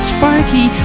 Sparky